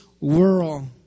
world